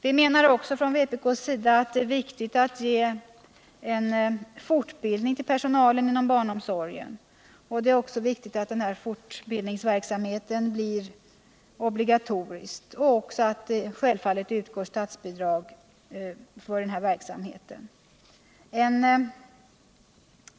Vpk menar också att det är viktigt att ge fortbildning till personalen inom barnomsorgen och att göra denna fortbildningsverksamhet obligatorisk. Statsbidrag måste vidare utgå för denna verksamhet.